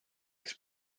kes